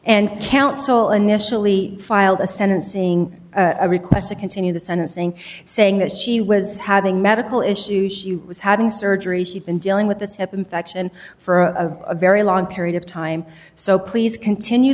and counsel initially filed a sentencing request to continue the sentencing saying that she was having medical issues was having surgery she'd been dealing with the step infection for a very long period of time so please continue